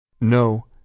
No